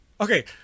Okay